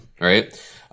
right